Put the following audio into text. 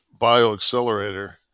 BioAccelerator